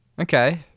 Okay